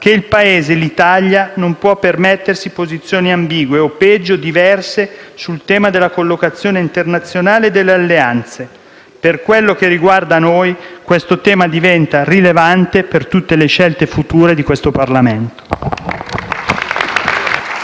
che il Paese, l'Italia, non può permettersi posizioni ambigue o, peggio, diverse, sul tema della collocazione internazionale e delle alleanze. Per quanto ci riguarda, questo tema diventa rilevante per tutte le scelte future di questo Parlamento. (*Applausi